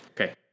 Okay